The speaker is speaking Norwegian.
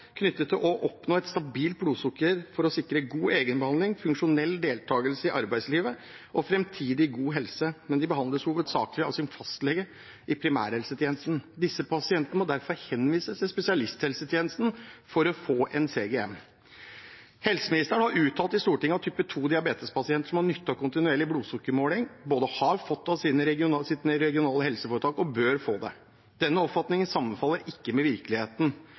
knyttet til å oppnå et stabilt blodsukker for å sikre god egenbehandling, funksjonell deltakelse i arbeidslivet og framtidig god helse, men de behandles hovedsakelig av sin fastlege i primærhelsetjenesten. Disse pasientene må derfor henvises til spesialisthelsetjenesten for å få en CGM. Helseministeren har uttalt i Stortinget at type 2-diabetespasienter som har nytte av kontinuerlig blodsukkermåling, både har fått det av sitt regionale helseforetak og bør få det. Denne oppfatningen sammenfaller ikke med virkeligheten.